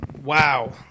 wow